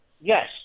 Yes